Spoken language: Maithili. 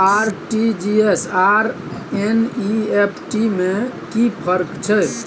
आर.टी.जी एस आर एन.ई.एफ.टी में कि फर्क छै?